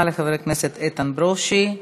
תודה רבה לחבר הכנסת איתן ברושי.